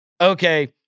okay